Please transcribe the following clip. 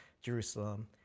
Jerusalem